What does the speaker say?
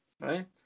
right